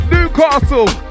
Newcastle